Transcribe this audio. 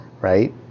right